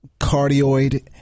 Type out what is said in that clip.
cardioid